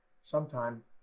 sometime